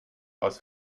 aus